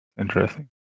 interesting